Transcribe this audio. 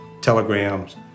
telegrams